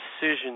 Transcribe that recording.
decision